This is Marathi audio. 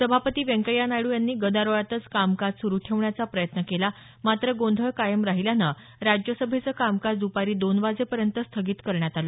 सभापती व्यंकय्या नायड्र यांनी गदारोळातच कामकाज सुरु ठेवण्याचा प्रयत्न केला मात्र गोंधळ कायम राहिल्यानं राज्यसभेचं कामकाज द्पारी दोन वाजेपर्यंत स्थगित करण्यात आलं